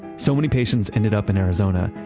so many patients ended up in arizona,